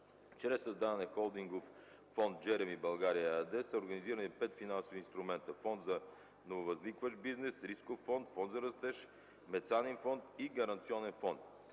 Чрез създаване на Холдингов фонд „Джереми България” ЕАД са организирани пет финансови инструмента: Фонд за нововъзникващ бизнес, Рисков фонд, Фонд за растеж, Мецанин- фонд и Гаранционен фонд.